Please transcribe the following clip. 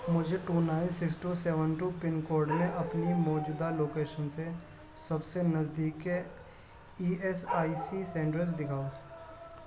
مجھے two nine six two seven two pin code میں اپنی موجودہ لوکیشن سے سب سے نزدیک کے E S I C centres دکھاؤ